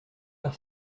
par